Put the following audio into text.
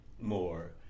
more